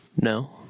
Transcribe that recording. No